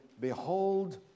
Behold